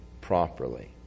properly